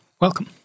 Welcome